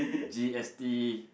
G_S_T